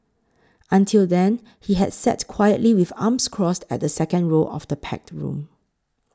until then he has sat quietly with arms crossed at the second row of the packed room